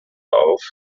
auf